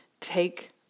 take